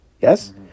Yes